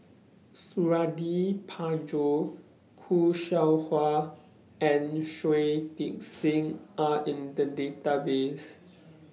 Suradi Parjo Khoo Seow Hwa and Shui Tit Sing Are in The Database